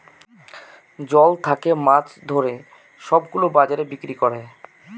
জল থাকে মাছ ধরে সব গুলো বাজারে বিক্রি করে